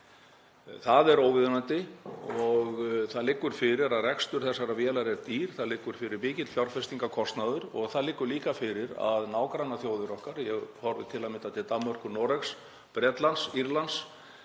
Það er óviðunandi og það liggur fyrir að rekstur þessarar vélar er dýr. Það liggur fyrir mikill fjárfestingarkostnaður og það liggur líka fyrir að nágrannaþjóðir okkar, — ég horfi til að mynda til Danmerkur, Noregs, Bretlands, Írlands—